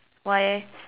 why eh